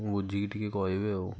ବୁଝିକି ଟିକେ କହିବେ ଆଉ